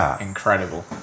incredible